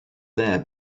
there